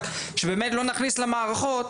רק שבאמת לא נכניס למערכות